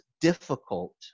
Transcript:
difficult